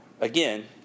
again